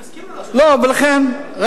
אני מסכים לא לעשות חוק.